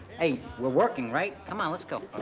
hey, we're working, right? come on, let's go,